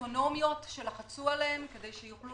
לאוטונומיות שלחצו עליהם כדי שיוכלו